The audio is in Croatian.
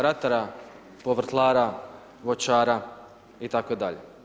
Ratara, povrtlara, voćara, itd.